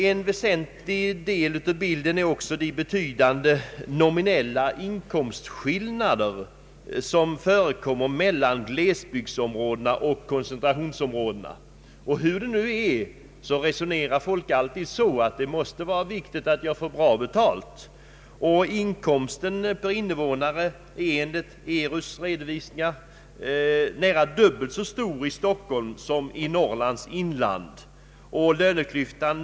En väsentlig del av bilden är också de betydande nominella inkomstskillnader som förekommer mellan glesbygdsområdena och koncentrationsområdena. Folk resonerar nu alltid så att det måste vara viktigt att få bra betalt. Inkomsten per invånare är enligt ERU:s redovisningar nära dubbelt så stor i Stockholm som i Norrlands inland, och löneklyf Ang.